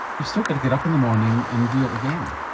you've still got to get up in the morning and do it again.